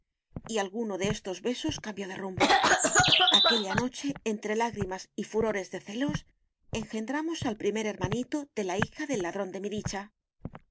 y alguno de estos besos cambió de rumbo aquella noche entre lágrimas y furores de celos engendramos al primer hermanito de la hija del ladrón de mi dicha